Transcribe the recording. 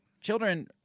Children